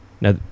Now